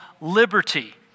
liberty